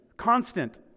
constant